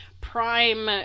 prime